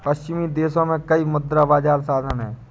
पश्चिमी देशों में कई मुद्रा बाजार साधन हैं